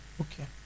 Okay